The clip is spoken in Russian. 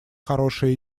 хорошая